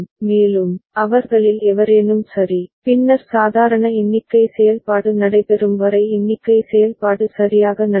மேலும் அவர்களில் எவரேனும் சரி பின்னர் சாதாரண எண்ணிக்கை செயல்பாடு நடைபெறும் வரை எண்ணிக்கை செயல்பாடு சரியாக நடக்கும்